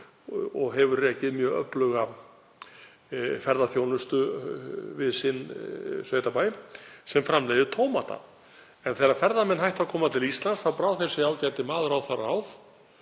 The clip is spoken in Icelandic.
og hefur rekið mjög öfluga ferðaþjónustu við sinn sveitabæ sem framleiðir tómata. Þegar ferðamenn hættu að koma til Íslands þá brá þessi ágæti maður á það ráð